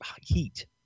heat